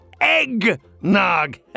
eggnog